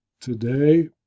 Today